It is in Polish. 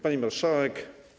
Pani Marszałek!